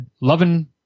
loving